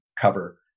cover